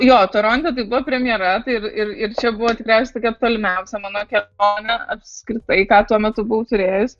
jo toronte tai buvo premjera ir ir ir čia buvo tikriausia tokia tolimiausia mano kelionė apskritai tuo metu buvau turėjus